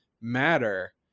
matter